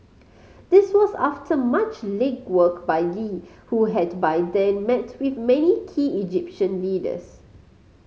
this was after much legwork by Lee who had by then met with many key Egyptian leaders